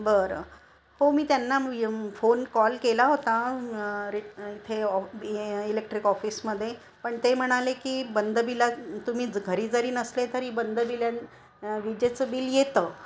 बरं हो मी त्यांना फोन कॉल केला होता रि इथे ऑ ए इलेक्ट्रिक ऑफिसमध्ये पण ते म्हणाले की बंदबिला तुम्ही घरी जरी नसले तरी बंदबिला विजेचं बिल येतं